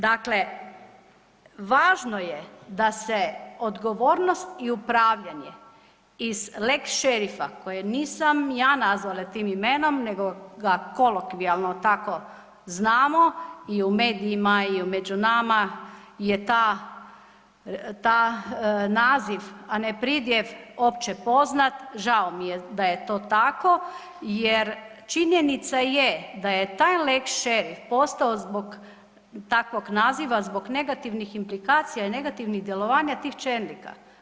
Dakle, važno je da se odgovornost i upravljanje iz lex šerifa koje nisam ja nazvala tim imenom nego ga kolokvijalno tako znamo i u medijima i među nama je ta, ta naziv, a ne pridjev opće poznat, žao mi je da je to tako jer činjenica je da je taj lex šerif postao zbog takvog naziva, zbog negativnih implikacija i negativnih djelovanja tih čelnika.